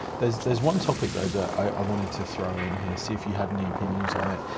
there's there's one topic though that i want to to throw in here, see if you have any opinions on it.